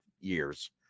years